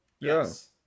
Yes